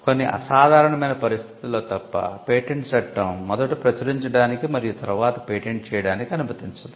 కొన్ని అసాధారణమైన పరిస్థితులలో తప్ప పేటెంట్ చట్టం మొదట ప్రచురించడానికి మరియు తరువాత పేటెంట్ చేయడానికి అనుమతించదు